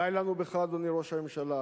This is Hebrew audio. די לנו בך, אדוני ראש הממשלה.